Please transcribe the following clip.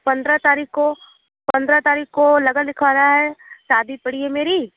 पंद्रह तारिख को पंद्रह तारिख को लगन लिखवाना है शादी पड़ी है मेरी